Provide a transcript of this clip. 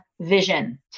Vision